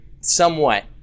somewhat